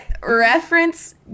reference